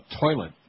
toilet